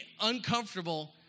uncomfortable